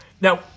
Now